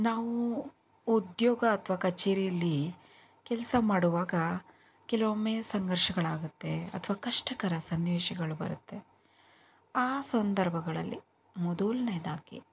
ನಾವು ಉದ್ಯೋಗ ಅಥವಾ ಕಚೇರಿಯಲ್ಲಿ ಕೆಲಸ ಮಾಡುವಾಗ ಕೆಲವೊಮ್ಮೆ ಸಂಘರ್ಷಗಳಾಗುತ್ತೆ ಅಥವಾ ಕಷ್ಟಕರ ಸನ್ನಿವೇಶಗಳು ಬರುತ್ತೆ ಆ ಸಂದರ್ಭಗಳಲ್ಲಿ ಮೊದಲ್ನೇದಾಗಿ